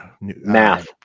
Math